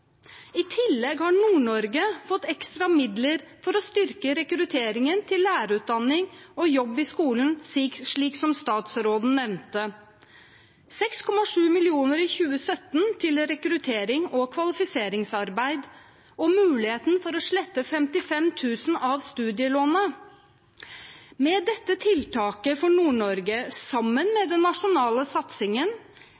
I tillegg har Nord-Norge fått ekstra midler for å styrke rekrutteringen til lærerutdanning og jobb i skolen, slik som statsråden nevnte – 6,7 mill. kr i 2017 til rekruttering og kvalifiseringsarbeid og muligheten for å slette 55 000 kr av studielånet. Med dette tiltaket for Nord-Norge sammen med